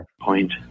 Point